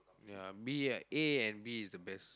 ya B ah A and B is the best